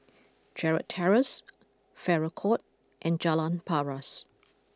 Gerald Terrace Farrer Court and Jalan Paras